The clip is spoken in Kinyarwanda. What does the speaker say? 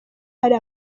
hari